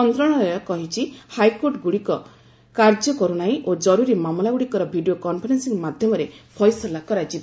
ମନ୍ତ୍ରଣାଳୟ କହିଛି ହାଇକୋର୍ଟଗୁଡ଼ିକ କାର୍ଯ୍ୟ କରୁନାହିଁ ଓ ଜରୁରୀ ମାମଲାଗୁଡ଼ିକର ଭିଡ଼ିଓ କନଫରେନ୍ସିଂ ମାଧ୍ୟମରେ ଫଇସଲା କରାଯିବ